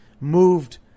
moved